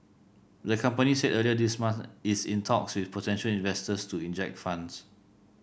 the company said earlier this month it's in talks with potential investors to inject funds